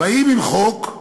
באים עם חוק,